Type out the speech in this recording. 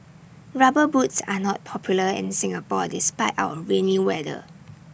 rubber boots are not popular in Singapore despite our rainy weather